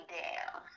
down